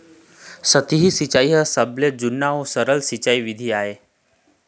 सतही सिंचई ह सबले जुन्ना अउ सरल सिंचई बिधि आय